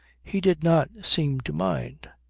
he did not seem to mind.